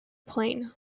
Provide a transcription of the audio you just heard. plain